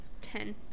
ten